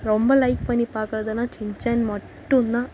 ரொம்ப லைக் பண்ணி பார்க்குறதுன்னா சின்சேன் மட்டுந்தான்